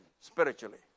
spiritually